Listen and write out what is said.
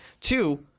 Two